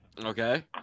Okay